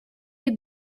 you